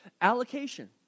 allocation